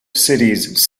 cities